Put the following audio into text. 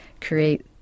create